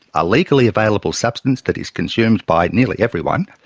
a legally available substance that is consumed by nearly everyone,